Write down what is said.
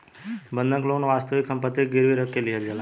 बंधक लोन वास्तविक सम्पति के गिरवी रख के लिहल जाला